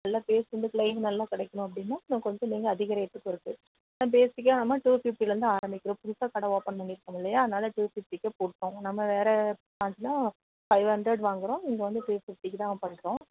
நல்லா ஃபேஸ் வந்து கிளைம் நல்லா கிடைக்கணும் அப்படினா இன்னும் கொஞ்சம் நீங்கள் அதிக ரேட்டுக்கு இருக்குது பேஸிக்காக நம்ம டூ ஃபிஃப்டிலேருந்து ஆரமிக்கிறோம் புதுசாக கடை ஓபன் பண்ணியிருக்கோமில்லியா அதனாலே டூ ஃபிஃப்டிக்கே கொடுத்தோம் நம்ம வேறு பார்லர்னால் ஃபைவ் ஹண்ட்ரேட் வாங்குகிறோம் இங்கே வந்து டூ ஃபிஃப்டிக்கு தான் பண்ணுறோம்